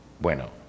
bueno